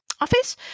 office